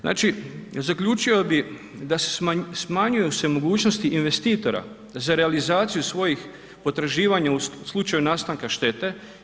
Znači zaključio bih da se, smanjuju se mogućnosti investitora za realizaciju svojih potraživanja u slučaju nastanka štete.